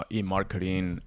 e-marketing